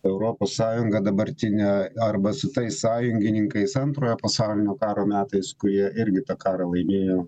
europos sąjunga dabartine arba su tais sąjungininkais antrojo pasaulinio karo metais kurie irgi karą laimėjo